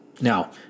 Now